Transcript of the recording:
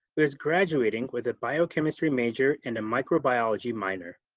who is graduating with a biochemistry major and a microbiology minor.